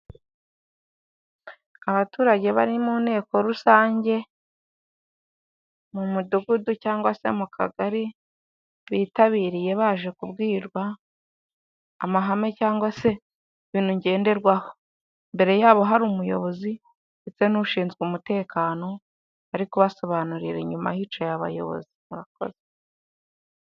Abaturage bari mu nteko rusange, mu Mudugudu cyangwa se mu Kagari, bitabiriye baje kubwirwa amahame cyangwa se ibintu ngenderwaho, imbere yabo hari umuyobozi ndetse n'ushinzwe umutekano ari kubasobanurira inyuma hicaye abayobozi, murakoze.